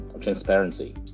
transparency